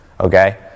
Okay